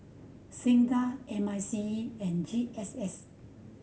SINDA M I C E and G S S